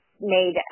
made